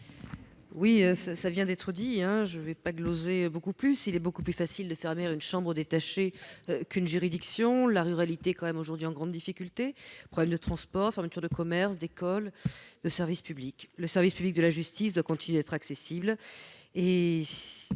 Cela vient d'être dit, je ne vais pas gloser beaucoup plus, il est beaucoup plus facile de fermer une chambre détachée qu'une juridiction. La ruralité est quand même aujourd'hui en grande difficulté. Elle se heurte à des problèmes de transports, à des fermetures de commerces, d'écoles, de services publics. Le service public de la justice doit continuer à être accessible.